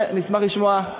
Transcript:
אני אשמח לשמוע,